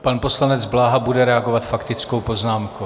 Pan poslanec Bláha bude reagovat faktickou poznámkou.